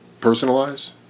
personalize